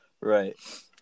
Right